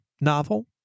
novel